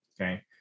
Okay